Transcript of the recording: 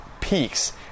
peaks